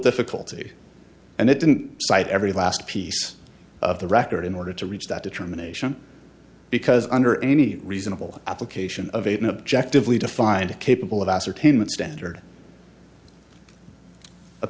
difficulty and it didn't cite every last piece of the record in order to reach that determination because under any reasonable application of even objective lead to find a capable of ascertainment standard